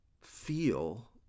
feel